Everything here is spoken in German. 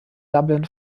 dublin